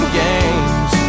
games